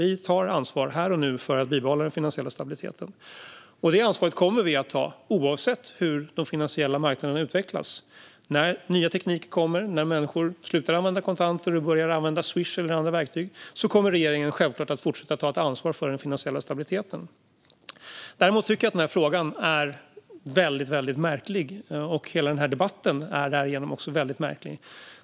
Vi tar ansvar här och nu för att bibehålla den finansiella stabiliteten. Det ansvaret kommer vi att ta oavsett hur de finansiella marknaderna utvecklas. När nya tekniker kommer, när människor slutar använda kontanter och börjar använda Swish eller andra verktyg, kommer regeringen självklart att fortsätta ta ansvar för den finansiella stabiliteten. Däremot tycker jag att den här frågan är väldigt märklig. Hela den här debatten är därigenom också väldigt märklig.